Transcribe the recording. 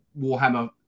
Warhammer